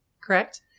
correct